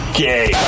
gay